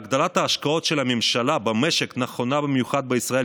הגדלת ההשקעות של הממשלה במשק נכונה במיוחד בישראל,